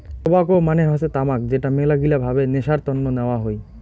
tobacco মানে হসে তামাক যেটা মেলাগিলা ভাবে নেশার তন্ন নেওয়া হই